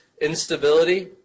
Instability